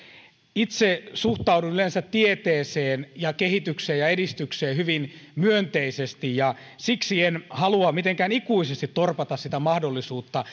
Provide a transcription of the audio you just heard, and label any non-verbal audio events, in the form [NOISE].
itse suhtaudun yleensä tieteeseen kehitykseen ja edistykseen hyvin myönteisesti ja siksi en halua mitenkään ikuisesti torpata sitä mahdollisuutta [UNINTELLIGIBLE]